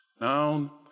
Now